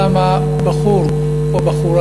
בחור או בחורה,